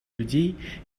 людей